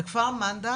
כפר מנדא